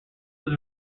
was